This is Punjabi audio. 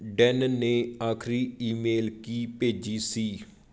ਡੈਨ ਨੇ ਆਖਰੀ ਈਮੇਲ ਕੀ ਭੇਜੀ ਸੀ